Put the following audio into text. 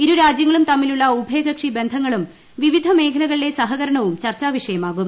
ഇരുരാജ്യങ്ങളും തമ്മിലുള്ള ഉഭയകക്ഷി ബന്ധങ്ങളും വിവിധ മേഖലകളിലെ സഹകരണവും ചർച്ചാവിഷയമാകും